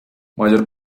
mayor